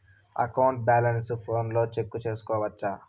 account balance ఫోనులో check సేసుకోవచ్చా